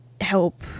help